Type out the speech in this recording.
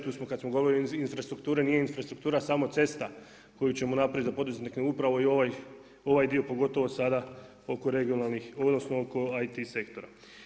Tu, smo kad smo govorili infrastrukture, nije infrastruktura samo cesta koju ćemo napraviti za podizanje, nego upravo i ovaj dio pogotovo sada oko regionalnih, odnosno, oko IT sektora.